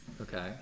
Okay